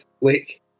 lake